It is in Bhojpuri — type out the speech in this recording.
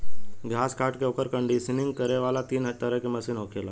घास काट के ओकर कंडीशनिंग करे वाला तीन तरह के मशीन होखेला